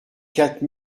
quatre